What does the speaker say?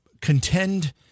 contend